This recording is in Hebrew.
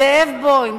זאב בוים,